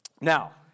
Now